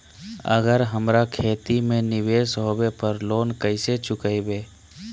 अगर हमरा खेती में निवेस होवे पर लोन कैसे चुकाइबे?